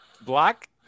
Black